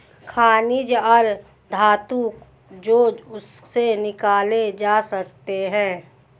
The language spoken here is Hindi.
खनिज और धातु जो उनसे निकाले जा सकते हैं